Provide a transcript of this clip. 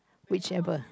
whichever